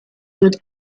wird